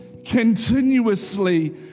continuously